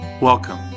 Welcome